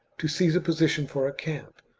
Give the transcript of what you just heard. to seize a position for a camp,